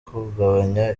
kugabanya